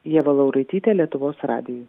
ieva lauraitytė lietuvos radijui